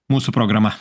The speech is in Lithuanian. mūsų programa